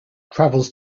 travels